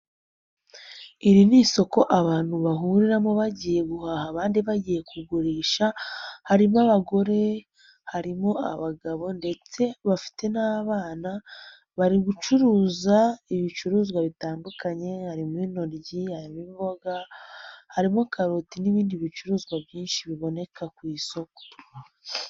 Iri ni isoko abantu bahuriramo bagiye guhaha abandi bagiye kugurisha, harimo abagore, harimo abagabo ndetse bafite n'abana bari gucuruza ibicuruzwa bitandukanye harimo intoryi, harimo imboga, harimo karoti n'ibindi bicuruzwa byinshi biboneka ku isoko.